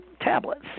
tablets